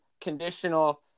conditional